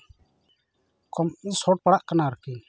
ᱠᱚᱢ ᱥᱚᱴ ᱯᱟᱲᱟᱜ ᱠᱟᱱᱟ ᱟᱨᱠᱤ